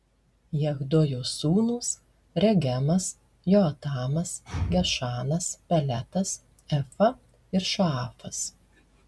jahdojo sūnūs regemas joatamas gešanas peletas efa ir šaafas